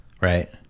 Right